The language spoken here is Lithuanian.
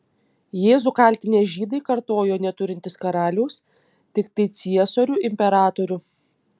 jėzų kaltinę žydai kartojo neturintys karaliaus tiktai ciesorių imperatorių